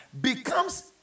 becomes